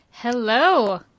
Hello